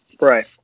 Right